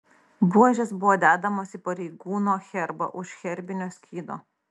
buožės buvo dedamos į pareigūno herbą už herbinio skydo